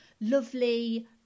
lovely